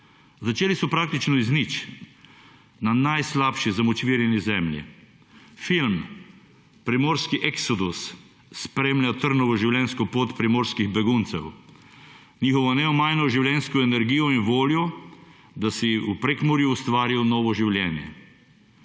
Začeli so praktično iz nič na najslabše zamočvirjeni zemlji. Film Primorski eksodus spremlja trnovo življenjsko pot primorskih beguncev, njihovo neomajno življenjsko energijo in voljo, da si v Prekmurju ustvarijo novo življenje.